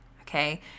okay